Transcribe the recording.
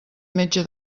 metge